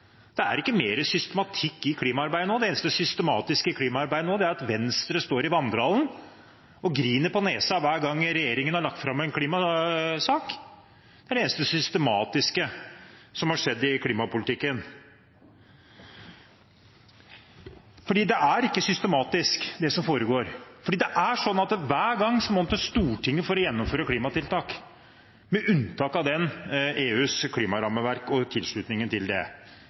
Det er ikke mer systematikk i klimaarbeidet nå. Det eneste systematiske i klimaarbeidet nå, er at Venstre står i vandrehallen og griner på nesen hver gang regjeringen legger fram en klimasak. Det er det eneste systematiske som har skjedd i klimapolitikken. Det er ikke systematisk, det som foregår. Det er sånn at en hver gang må til Stortinget for å gjennomføre klimatiltak, med unntak av EUs klimarammeverk og tilslutningen til det.